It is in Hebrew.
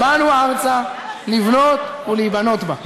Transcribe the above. אנו באנו ארצה לבנות ולהיבנות בה.